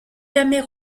jamais